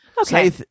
Okay